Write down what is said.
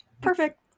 Perfect